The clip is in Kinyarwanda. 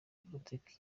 politike